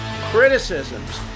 criticisms